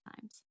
times